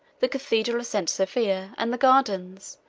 the cathedral of st. sophia, and the gardens,